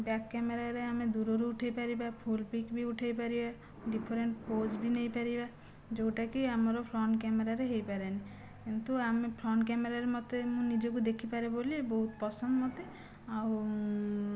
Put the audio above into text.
back କ୍ୟାମେରାରେ ଆମେ ଦୂରରୁ ଉଠେଇ ପାରିବା ଫୁଲ ପିକ୍ ବି ଉଠେଇ ପାରିବା ଡିଫରେଣ୍ଟ ପୋଜ୍ ବି ନେଇ ପାରିବା ଯେଉଁଟାକି ଆମର ଫ୍ରଣ୍ଟ କ୍ୟାମେରାରେ ହେଇପାରେନି କିନ୍ତୁ ଆମେ ଫ୍ରଣ୍ଟ କ୍ୟାମେରାରେ ମୋତେ ମୁଁ ନିଜକୁ ଦେଖିପାରେ ବୋଲି ବହୁତ ପସନ୍ଦ ମୋତେ ଆଉ